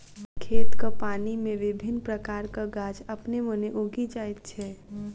खेतक पानि मे विभिन्न प्रकारक गाछ अपने मोने उगि जाइत छै